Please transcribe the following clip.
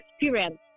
experience